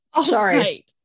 sorry